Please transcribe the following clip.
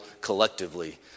collectively